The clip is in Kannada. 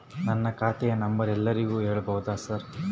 ನನ್ನ ಖಾತೆಯ ನಂಬರ್ ಎಲ್ಲರಿಗೂ ಹೇಳಬಹುದಾ ಸರ್?